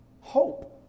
hope